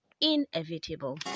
inevitable